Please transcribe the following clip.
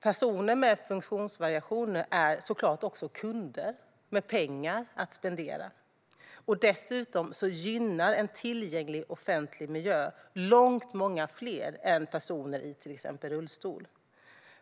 Personer med funktionsvariationer är såklart också kunder med pengar att spendera. Dessutom gynnar en tillgänglig offentlig miljö långt många fler än personer i till exempel rullstol.